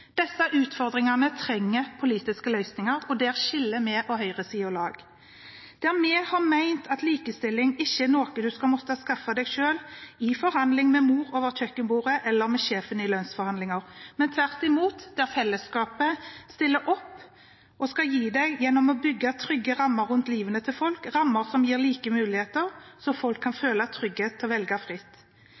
Disse utfordringene trenger politiske løsninger, og der skiller vi og høyresiden lag. Der vi har ment at likestilling ikke er noe en skal måtte skaffe seg selv – i forhandlinger med mor over kjøkkenbordet eller med sjefen i lønnsforhandlinger – men tvert imot at fellesskapet skal stille opp og gjennom å bygge trygge rammer rundt livet til folk gi rammer som gir like muligheter, så folk kan føle trygghet til å velge fritt,